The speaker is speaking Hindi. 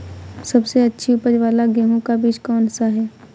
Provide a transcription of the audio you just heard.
सबसे अच्छी उपज वाला गेहूँ का बीज कौन सा है?